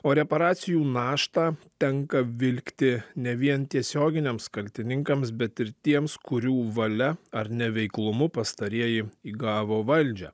o reparacijų naštą tenka vilkti ne vien tiesioginiams kaltininkams bet ir tiems kurių valia ar neveiklumu pastarieji įgavo valdžią